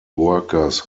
workers